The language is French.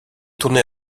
tourné